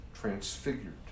transfigured